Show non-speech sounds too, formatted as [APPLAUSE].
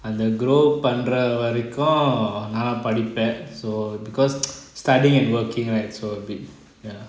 அந்த:antha grow பண்ணற வரைக்கும் நான் படிப்பான்:pannra varaikum naan padipan so because [NOISE] studying and working right so a bit ya